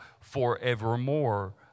forevermore